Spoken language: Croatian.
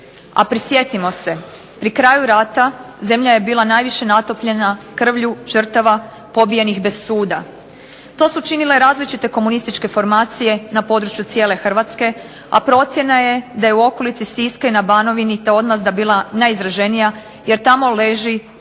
A prisjetimo se, pri kraju rata zemlja je bila najviše natopljena krvlju žrtava pobijenih bez suda. To su činile različite komunističke formacije na području cijele Hrvatske, a procjena je da je u okolici Siska i na Banovini ta odmazda bila najizraženija, jer tamo leži